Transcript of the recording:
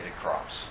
crops